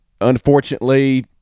Unfortunately